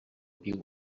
piula